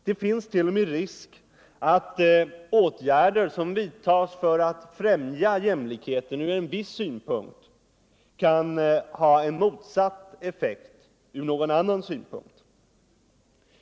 Det finns t.o.m. risk att åtgärder som vidtas för att främja jämlikheten ur en viss synpunkt kan ha en motsatt effekt ur någon annan synpunkt.